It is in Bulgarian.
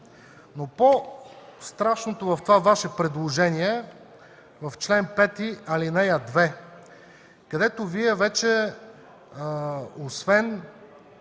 Но по-страшното в това Ваше предложение е в чл. 5, ал. 2, където Вие вече